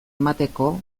emateko